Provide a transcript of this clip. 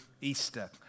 Easter